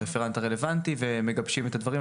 הרפרנט הרלוונטי והם מגבשים את הדברים,